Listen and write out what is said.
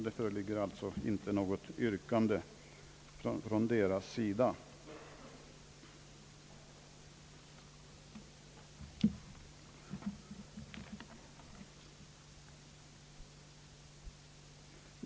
Det föreligger alltså inte något yrkande från deras sida.